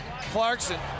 Clarkson